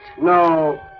No